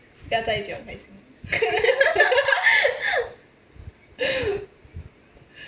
不要再讲我害羞